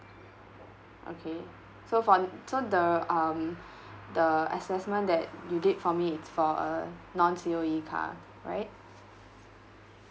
okay so for so the um the assessment that you did for me it's for a non C_O_E car right